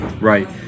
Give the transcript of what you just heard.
Right